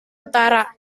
utara